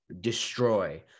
destroy